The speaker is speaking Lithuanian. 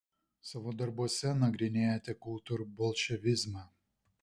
savo darbuose nagrinėjate kultūrbolševizmą